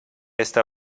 está